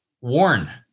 warn